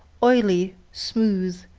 oily, smooth,